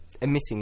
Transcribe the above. emitting